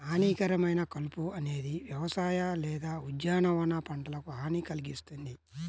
హానికరమైన కలుపు అనేది వ్యవసాయ లేదా ఉద్యానవన పంటలకు హాని కల్గిస్తుంది